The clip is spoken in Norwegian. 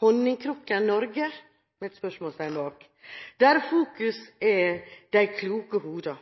«Honningkrukken Norge?» der fokus er «de kloke hodene»